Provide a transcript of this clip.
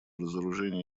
разоружение